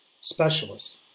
specialist